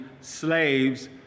slaves